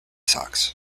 socks